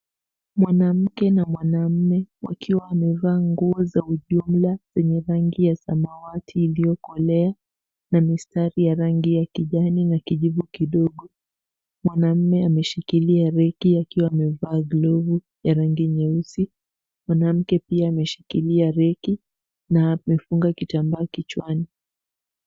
Mwanamke na mwanaume wakiwa wamevaa nguo za ujumla zenye rangi ya samawati iliyokolea na mistari ya rangi ya kijani na kijivu kidogo. Mwanamme ameshikilia rake akiwa amevaa glovu ya rangi nyeusi. Mwanamke pia ameshikilia rake na amefunga kitambaa kichwani,